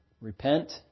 Repent